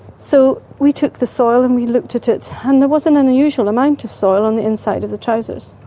so we took the soil and we looked at it and there was an unusual amount of soil on the inside of the trousers.